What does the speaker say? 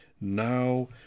now